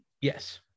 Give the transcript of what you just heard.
yes